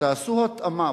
תעשו התאמה.